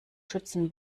schützen